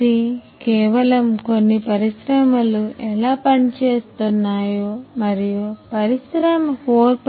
ఇది కేవలం కొన్నిపరిశ్రమలు ఎలా పనిచేస్తున్నాయో మరియు పరిశ్రమ 4